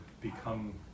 become